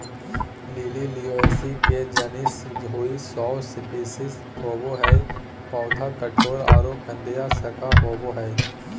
lily Liliaceae के genus हई, सौ स्पिशीज होवअ हई, पौधा कठोर आरो कंदिया शाक होवअ हई